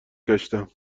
گشتم